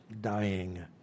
dying